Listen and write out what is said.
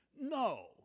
no